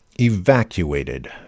evacuated